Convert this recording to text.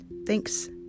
Thanks